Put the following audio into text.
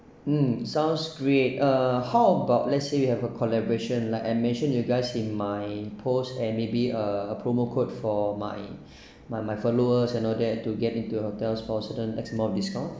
mm sounds great uh how about let's say we have a collaboration like I mention you guys in my post and maybe a a promo code for my my my followers and all that to get into your hotels for certain X amount of discount